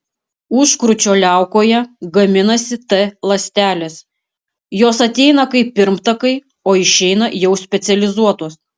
užkrūčio liaukoje gaminasi t ląstelės jos ateina kaip pirmtakai o išeina jau specializuotos